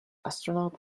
astronaut